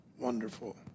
wonderful